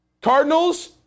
Cardinals